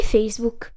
Facebook